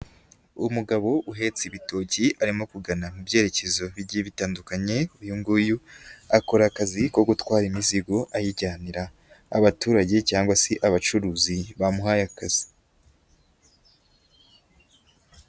Umugabo uhetse ibitoki arimo kugana mu byerekezo bigiye bitandukanye, uyu nguyu akora akazi ko gutwara imizigo, ayijyanira abaturage cyangwa se abacuruzi bamuhaye akazi.